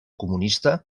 comunista